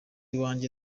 iwanjye